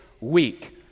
week